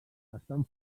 estan